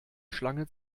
schlange